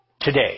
today